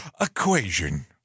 equation